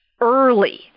early